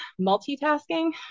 multitasking